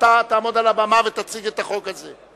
אתה תעמוד על הבמה ותציג את החוק הזה,